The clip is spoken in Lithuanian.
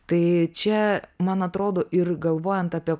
tai čia man atrodo ir galvojant apie